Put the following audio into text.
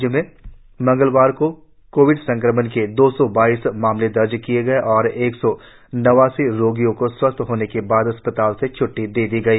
राज्य में मंगलवार को कोविड संक्रमण के दो सौ बाईस मामले दर्ज किए गए और एक सौ नवासी रोगियों को स्वस्थ होने के बाद छ्ट्टी दे दी गई